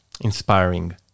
inspiring